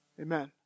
amen